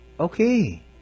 Okay